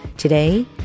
Today